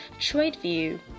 TradeView